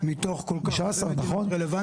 מתוך כל כך הרבה מדינות רלוונטיות?